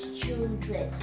children